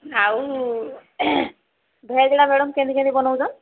ଆଉ ଭେଜ୍ଟା ମ୍ୟାଡମ୍ କେମିତି କେମିତି ବନଉଛନ୍ତି